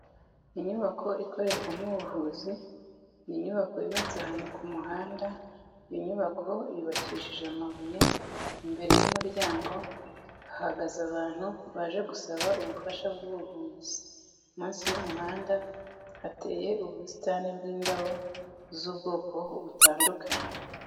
Inyubako ikorerwamo ubuvuzi, ni inyubako yubatse ahantu ku muhanda, iyi nyubako yubakishije amabuye, imbere y'umuryango hahagaze abantu baje gusaba ubufasha bw'ubuvuzi, munsi y'umuhanda hateye ubusitani bw'indabo z'ubwoko butandukanye.